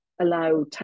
allow